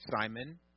Simon